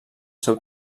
seu